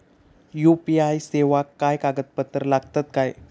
UPI सेवाक काय कागदपत्र लागतत काय?